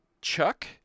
Chuck